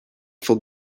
for